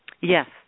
Yes